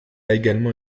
également